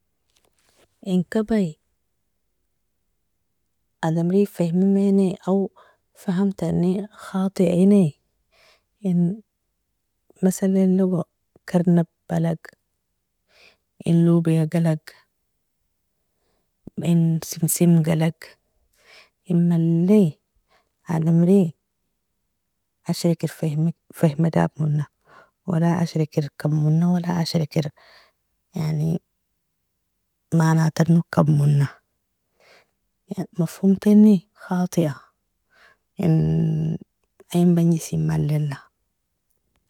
In kabi adamri fehmimani, aow fahamtani khatieni, in masalinogo karnab'alag, in lobia'galag, in semsemg'alag, in malle adamri ashriker feme fehmidagmona, wala ashriker kammona, wala ashriker, yani manatanog kammona yan mafhomtani khatia in ain bagnisin mallela.